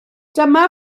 dyma